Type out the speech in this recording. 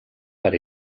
per